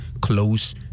close